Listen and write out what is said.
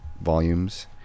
volumes